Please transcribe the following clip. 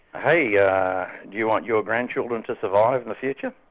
hey, yeah do you want your grandchildren to survive in the future?